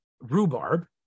Rhubarb